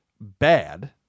bad